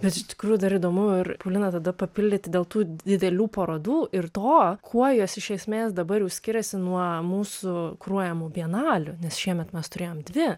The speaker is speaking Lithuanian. bet iš tikrųjų dar įdomu ir paulina tada papildyti dėl tų didelių parodų ir to kuo jos iš esmės dabar jau skiriasi nuo mūsų kuruojamų bienalių nes šiemet mes turėjom dvi